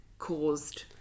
Caused